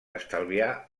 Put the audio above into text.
estalviar